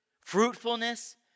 fruitfulness